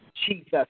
Jesus